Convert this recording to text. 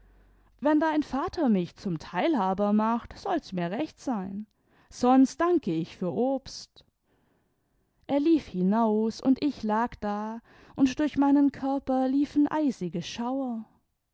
wenn dein vater mich zum teilhaber macht soirs mir recht sein sonst danke ich für obst er lief hinaus und ich lag da und durch meinen körper liefen eisige schauer